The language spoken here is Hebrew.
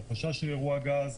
או חשש לאירוע גז.